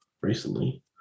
recently